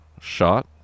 shot